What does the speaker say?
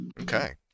okay